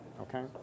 okay